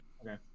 Okay